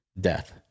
death